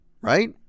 right